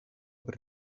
per